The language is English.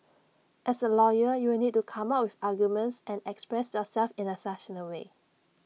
as A lawyer you'll need to come up with arguments and express yourself in A succinct way